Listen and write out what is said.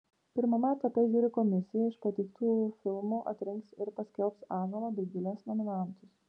pirmame etape žiuri komisija iš pateiktų filmų atrinks ir paskelbs ąžuolo bei gilės nominantus